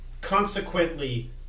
consequently